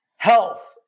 Health